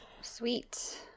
Sweet